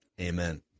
Amen